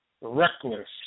reckless